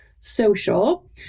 social